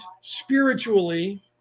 spiritually